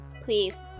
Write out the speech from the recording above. please